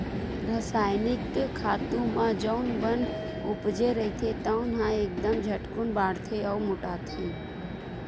रसायनिक खातू म जउन बन उपजे रहिथे तउन ह एकदम झटकून बाड़थे अउ मोटाथे